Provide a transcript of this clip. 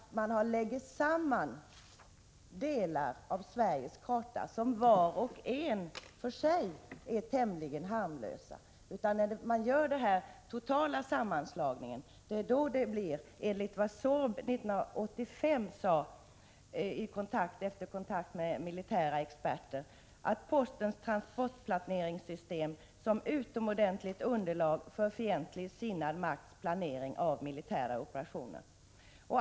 Jo, man har lagt samman delar av Sveriges karta som var och en för sig är tämligen harmlös. Men när man gör denna sammanslagning blir det, enligt vad SÅRB 1985 sade efter kontakt med militära experter, ”ett utomordentligt underlag för fientligt sinnad makts planering av militära operationer”.